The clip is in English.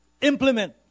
implement